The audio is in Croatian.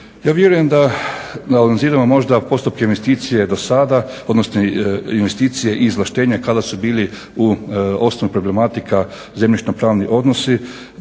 Ja vjerujem da analiziramo možda postupke investicije do sada, odnosno investicije i izvlaštenja kada su bili u osnovna problematika zemljišno-pravni odnosi